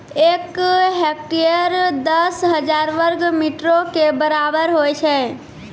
एक हेक्टेयर, दस हजार वर्ग मीटरो के बराबर होय छै